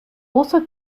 also